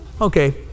Okay